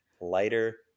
lighter